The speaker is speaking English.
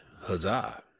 Huzzah